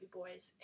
boys